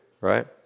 right